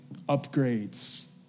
upgrades